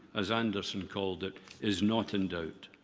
as anderson called it, is not in doubt.